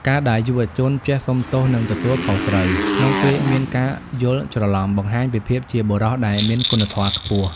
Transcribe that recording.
ការដែលយុវជនចេះ "សុំទោស និងទទួលខុសត្រូវ" ក្នុងពេលមានការយល់ច្រឡំ បង្ហាញពីភាពជាបុរសដែលមានគុណធម៌ខ្ពស់។